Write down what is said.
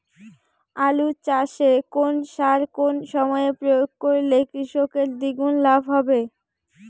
আলু চাষে কোন সার কোন সময়ে প্রয়োগ করলে কৃষকের দ্বিগুণ লাভ হবে?